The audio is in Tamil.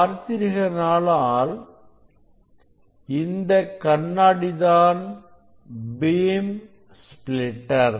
பார்த்தீர்களானால் இந்த கண்ணாடி தான் பீம் ஸ்பிலிட்டர்